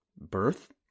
birth